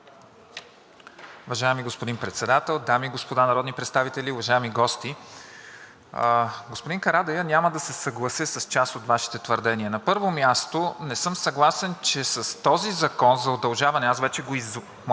господин Председател, дами и господа народни представители, уважаеми гости! Господин Карадайъ, няма да се съглася с част от Вашите твърдения. На първо място, не съм съгласен, че с този закон за удължаване, аз в моето